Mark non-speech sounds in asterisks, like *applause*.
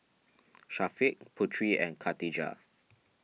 *noise* Syafiq Putri and Katijah